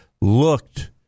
looked